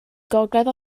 gogledd